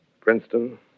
Princeton